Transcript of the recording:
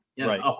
Right